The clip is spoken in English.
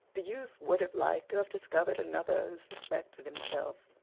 the youth would have liked to have discovered another who suspected himself.